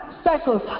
speckles